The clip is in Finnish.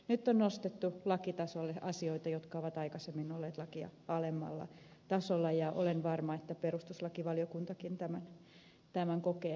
nyt on nostettu lakitasolle asioita jotka ovat aikaisemmin olleet lakia alemmalla tasolla ja olen varma että perustuslakivaliokuntakin tämän kokee oikeaksi ratkaisuksi